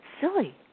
silly